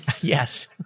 Yes